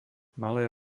malé